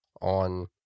on